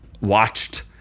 watched